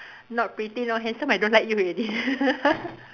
not pretty not handsome I don't like you already